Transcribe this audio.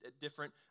different